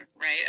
right